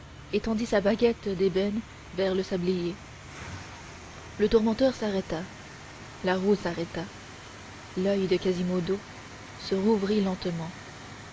l'exécution étendit sa baguette d'ébène vers le sablier le tourmenteur s'arrêta la roue s'arrêta l'oeil de quasimodo se rouvrit lentement